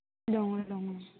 दङ दङ